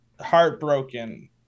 heartbroken